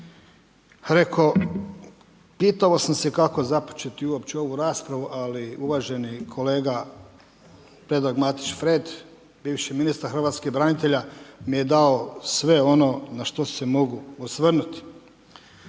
Reko, pitao sam se kako započeti uopće ovu raspravu, ali uvaženi kolega Predrag Matić Fred, bivši ministar hrvatskih branitelja mi je dao sve ono na što se mogu osvrnuti.